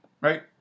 Right